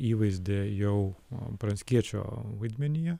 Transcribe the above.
įvaizdį jau pranckiečio vaidmenyje